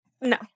No